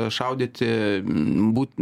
šaudyti būt